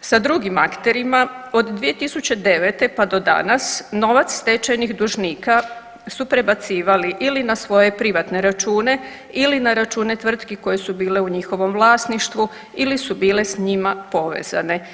sa drugim akterima od 2009. pa do danas novac stečenih dužnika su prebacivali ili na svoje privatne račune ili na račune tvrtki koje su bile u njihovom vlasništvu ili su bile s njima povezane.